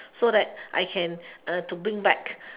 so that I can uh to bring back